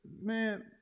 Man